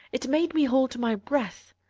it made me hold my breath.